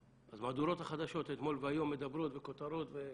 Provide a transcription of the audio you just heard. אז מהדורות החדשות אתמול והיום מדברות וכותרות.